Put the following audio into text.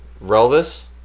Relvis